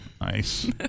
nice